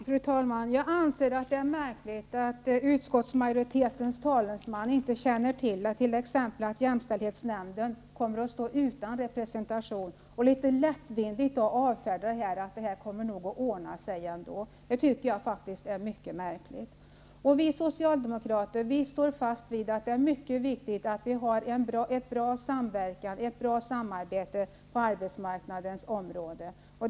Fru talman! Det är märkligt att utskottsmajoritetens talesman inte känner till att t.ex. jämställdhetsnämnden kommer att stå utan representation och att han litet lättfärdigt avfärdade det hela med att det nog kommer att ordna sig. Jag tycker att det är mycket märkligt. Vi socialdemokrater står fast vid att det är mycket viktigt att vi har en bra samverkan och ett bra samarbete på arbetsmarknadens område.